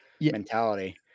mentality